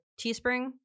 teespring